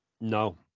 No